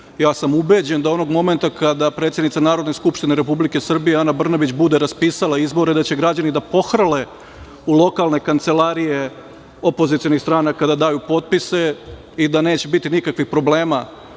Ja sam ubeđen da onog momenta kada predsednice Narodne skupštine Republike Srbije Ana Brnabić bude raspisala izbore da će građani da pohrle u lokalne kancelarije opozicionih stranaka da daju potpise i da neće biti nikakvih problema